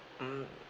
mm